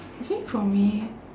actually for me